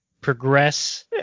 progress